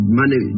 money